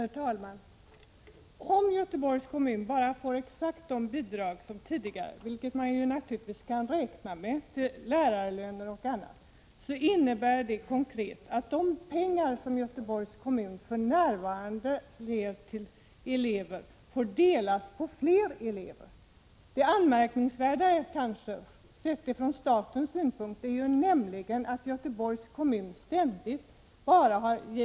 Herr talman! Om Göteborgs kommun bara får exakt samma bidrag som förut till lärarlöner och annat — det bidraget kan man naturligtvis räkna med — innebär detta konkret att de pengar som Göteborgs kommun för närvarande ger till elever måste delas på fler elever. Det anmärkningsvärda är kanske, sett från statens synpunkt, att Göteborgs kommun ständigt i verksamhetsan — Prot.